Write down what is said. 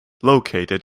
located